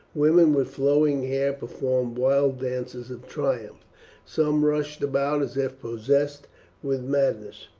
women with flowing hair performed wild dances of triumph some rushed about as if possessed with madness,